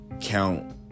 count